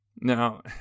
Now